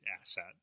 asset